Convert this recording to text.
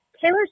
Taylor